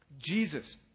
Jesus